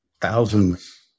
thousands